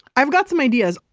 i've got some ideas.